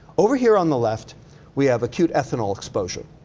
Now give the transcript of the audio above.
over here on the left we have acute ethanol exposure.